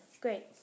Great